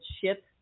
ship